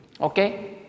Okay